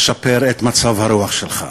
אשפר את מצב הרוח שלך.